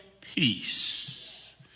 peace